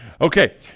Okay